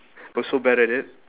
was so bad at it